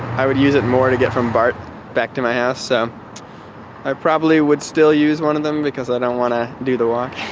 i would use it more to get from bart back to my house ah so i probably would still use one of them because i don't want to do the walk,